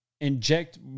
inject